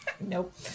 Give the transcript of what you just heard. Nope